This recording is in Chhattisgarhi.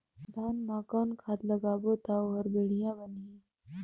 धान मा कौन खाद लगाबो ता ओहार बेडिया बाणही?